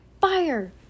Fire